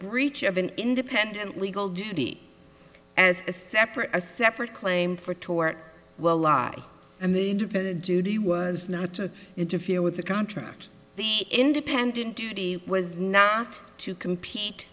breach of an independent legal duty as a separate a separate claim for tour will lie and the duty was not to interfere with the contract the independent duty was not to compete